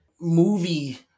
movie